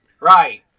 Right